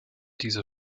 diese